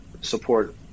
support